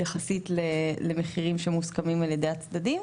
למחירים שמוסכמים על ידי הצדדים.